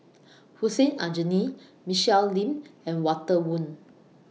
Hussein Aljunied Michelle Lim and Walter Woon